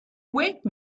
wake